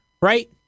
right